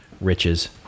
riches